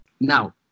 Now